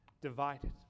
divided